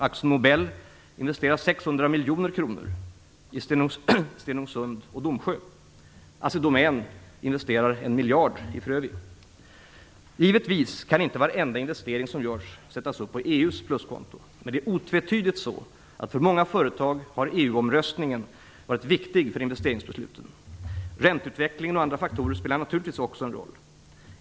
Akzo-Nobel investerar 600 miljoner kronor i Stenungsund och Domsjö. Assi Domän investerar 1 miljard kronor i Frövi. Givetvis kan inte varenda investering som görs sättas upp på EU:s pluskonto. Men det är otvetydigt så att för många företag har EU-omröstningen varit viktig för investeringsbesluten. Ränteutvecklingen och andra faktorer spelar naturligtvis också en roll.